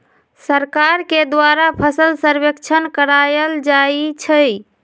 सरकार के द्वारा फसल सर्वेक्षण करायल जाइ छइ